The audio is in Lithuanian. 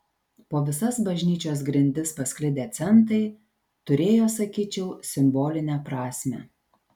po visas bažnyčios grindis pasklidę centai turėjo sakyčiau simbolinę prasmę